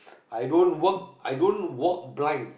i don't work i don't walk blind